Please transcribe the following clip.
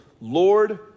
Lord